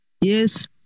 yes